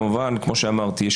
כמו שאמרתי,